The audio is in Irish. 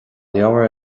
leabhar